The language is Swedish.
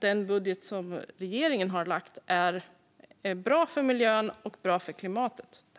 Den budget som regeringen lagt fram är bra för miljön och för klimatet.